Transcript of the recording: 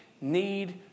need